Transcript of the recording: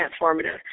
transformative